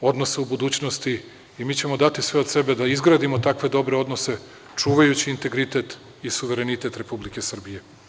odnosa u budućnosti i mi ćemo dati sve od sebe da izgradimo takve dobre odnose čuvajući integritet i suverenitet Republike Srbije.